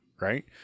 right